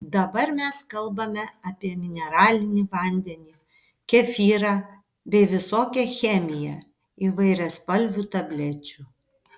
dabar mes kalbame apie mineralinį vandenį kefyrą bei visokią chemiją įvairiaspalvių tablečių